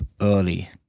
early